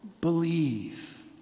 believe